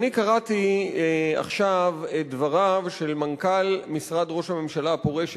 אני קראתי עכשיו את דבריו של מנכ"ל משרד ראש הממשלה הפורש,